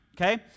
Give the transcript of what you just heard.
Okay